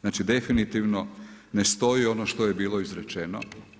Znači, definitivno ne stoji ono što je bilo izrečeno.